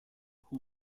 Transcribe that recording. who